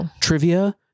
trivia